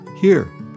Here